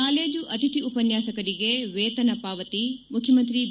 college ಅತಿಥಿ ಉಪನ್ಯಾಸಕರಿಗೆ ವೇತನ ಪಾವತಿ ಮುಖ್ಯಮಂತ್ರಿ ಬಿ